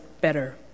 better